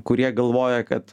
kurie galvoja kad